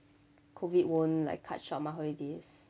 COVID won't like cut short my holidays